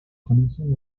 coneixen